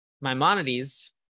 Maimonides